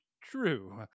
true